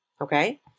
Okay